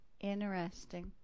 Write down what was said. Interesting